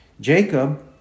Jacob